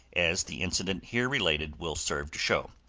as the incident here related will serve to show.